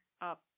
up